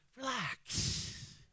Relax